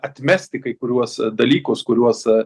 atmesti kai kuriuos dalykus kuriuos